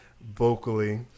vocally